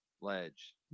ledge